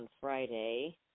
Friday